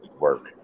work